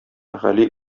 гали